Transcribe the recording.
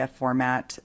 format